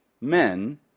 men